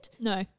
No